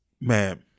man